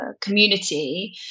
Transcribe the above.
community